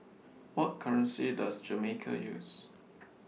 What currency Does Jamaica use